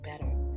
better